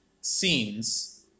scenes